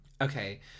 Okay